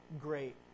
great